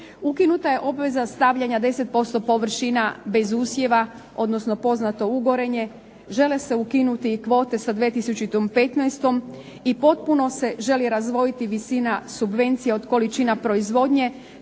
Ukinuta je obveza stavljanja 10% površina bez usjeva, odnosno poznato ugorenje, žele se ukinuti i kvote sa 2015. i potpuno se želi razdvojiti visina subvencija od količina proizvodnje